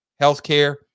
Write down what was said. Healthcare